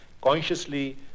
consciously